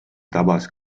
tabas